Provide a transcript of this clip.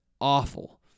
awful